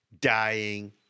dying